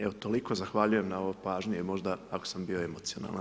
Evo toliko, zahvaljujem na ovoj pažnji možda ako sam bio emocionalan.